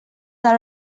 are